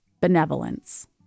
benevolence